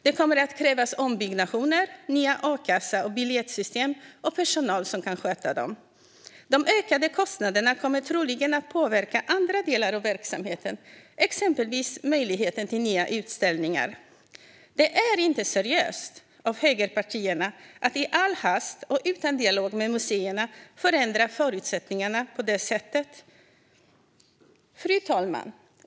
Det kommer att krävas ombyggnationer, nya kassa och biljettsystem och personal som kan sköta dem. De ökade kostnaderna kommer troligen att påverka andra delar av verksamheten, exempelvis möjligheten till nya utställningar. Det är inte seriöst av högerpartierna att i all hast och utan dialog med museerna förändra förutsättningarna på det sättet. Fru talman!